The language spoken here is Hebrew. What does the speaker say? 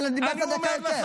אבל דיברת דקה יותר.